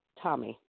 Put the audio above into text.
Tommy